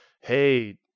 hey